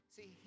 See